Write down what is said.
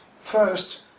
First